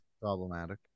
Problematic